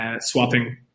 swapping